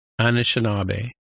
Anishinaabe